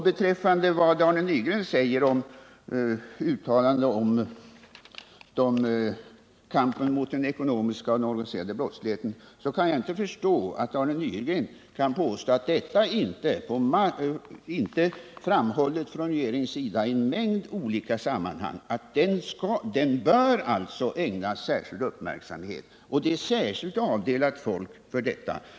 Beträffande vad Arne Nygren säger om uttalanden om kampen mot den ekonomiska och den organiserade brottsligheten kan jag inte förstå att Arne Nygren påstår att det inte framhållits från regeringens sida i en mängd olika 1 sammanhang att denna brottslighet bör ägnas särskild uppmärksamhet. Det är särskilt avdelat folk för detta.